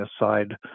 aside